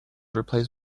replaced